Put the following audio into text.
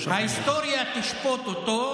מה פתאום?